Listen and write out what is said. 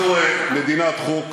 אנחנו מדינת חוק,